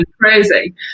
crazy